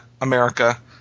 America